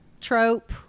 trope